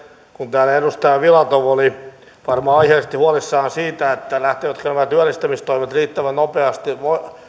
kun täällä edustaja filatov oli varmaan aiheellisesti huolissaan siitä lähtevätkö nämä työllistämistoimet riittävän nopeasti